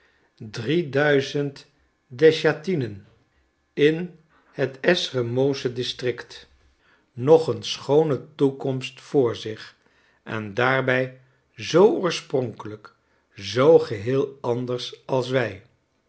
drie duizend desjatinen in het ezremowsche district nog een schoone toekomst voor zich en daarbij zoo oorspronkelijk zoo geheel anders als wij